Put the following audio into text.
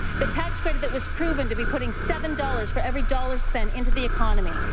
the tax credit that was proven to be putting seven dollars for every dollar spent into the economy,